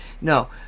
No